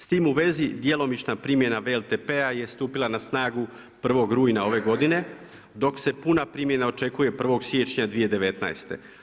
S tim u vezi djelomična primjena WLTP-a je stupila na snagu 1. rujna ove godine, dok se puna primjena očekuje 1. siječnja 2019.